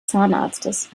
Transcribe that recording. zahnarztes